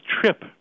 trip